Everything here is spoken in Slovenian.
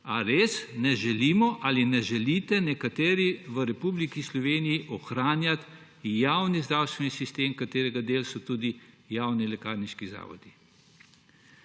res ne želimo, ali ne želite nekateri v Republiki Sloveniji ohranjati javnega zdravstvenega sistema, katerega del so tudi javni lekarniški zavodi?